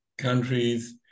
Countries